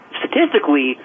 statistically